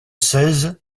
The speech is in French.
seize